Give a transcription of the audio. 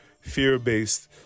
fear-based